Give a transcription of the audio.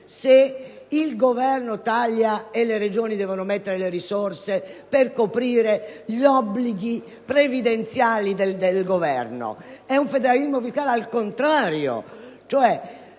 se il Governo taglia e le Regioni devono mettere le risorse per coprire gli obblighi previdenziali spettanti allo Stato? È un federalismo fiscale al contrario: